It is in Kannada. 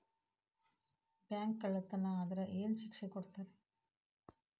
ಬ್ಯಾಂಕ್ ಕಳ್ಳತನಾ ಆದ್ರ ಏನ್ ಶಿಕ್ಷೆ ಕೊಡ್ತಾರ?